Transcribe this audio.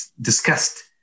discussed